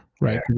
right